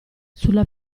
sulla